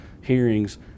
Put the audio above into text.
hearings